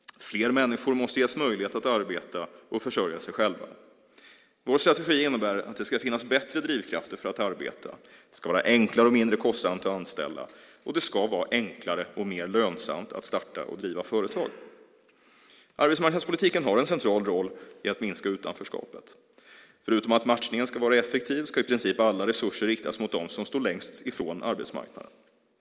Fler människor måste ges möjlighet att arbeta och försörja sig själva. Vår strategi innebär att det ska finnas bättre drivkrafter för att arbeta, det ska vara enklare och mindre kostsamt att anställa, och att det ska vara enklare och mer lönsamt att starta och driva företag. Arbetsmarknadspolitiken har en central roll i att minska utanförskapet. Förutom att matchningen ska vara effektiv ska i princip alla resurser riktas mot dem som står längst ifrån arbetsmarknaden.